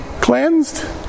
cleansed